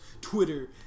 Twitter